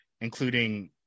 including